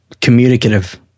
communicative